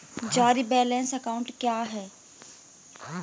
Zero balance account क्या है?